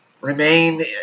remain